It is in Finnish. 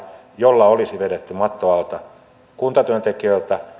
jolla olisi vedetty matto alta kuntatyöntekijöiltä